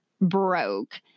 broke